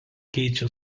keičia